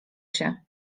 się